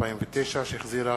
התש"ע 2009, שהחזירה